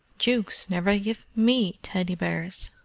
dukes never give me teddy-bears!